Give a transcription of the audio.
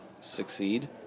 succeed